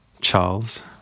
Charles